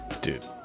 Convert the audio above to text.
Dude